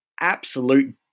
absolute